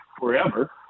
forever